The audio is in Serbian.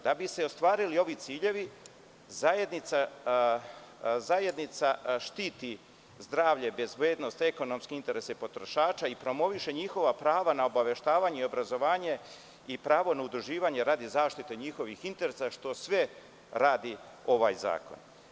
Da bi se ostvarili ovi ciljevi, zajednica štiti zdravlje, bezbednost, ekonomske interese potrošača i promoviše njihova prava na obaveštavanje i obrazovanje i pravo na udruživanje radi zaštite njihovih interesa, što sve radi ovaj zakon.